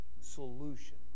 solution